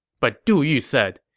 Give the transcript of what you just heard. but du yu said,